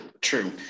True